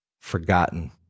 Forgotten